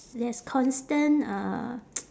there's constant uh